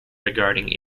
regarding